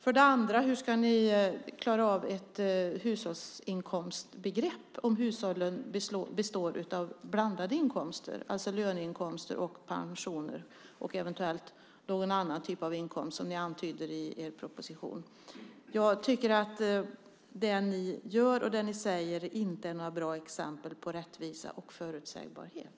För det andra: Hur ska ni klara av ett hushållsinkomstbegrepp om hushållen består av blandade inkomster? Det är fråga om löneinkomster, pensioner och eventuellt någon annan typ av inkomst som ni antyder i er proposition. Jag tycker att det ni gör och det ni säger inte är några bra exempel på rättvisa och förutsägbarhet.